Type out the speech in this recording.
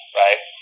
right